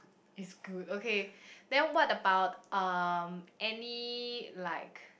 it's good okay then what about um any like